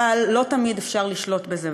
אבל לא תמיד אפשר לשלוט בזה,